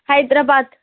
Hyderabad